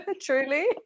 truly